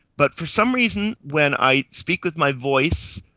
but for some reason when i speak with my voice,